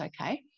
okay